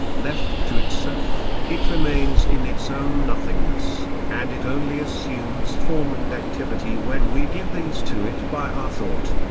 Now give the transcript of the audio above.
left to itself, it remains in its own nothingness, and it only assumes form and activity when we give these to it by our thought.